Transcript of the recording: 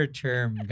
term